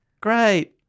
great